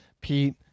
Pete